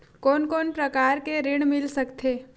कोन कोन प्रकार के ऋण मिल सकथे?